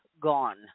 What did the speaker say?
gone